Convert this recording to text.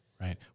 Right